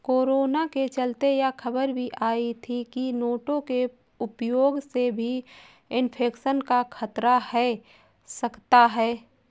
corona के चलते यह खबर भी आई थी की नोटों के उपयोग से भी इन्फेक्शन का खतरा है सकता है